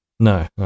No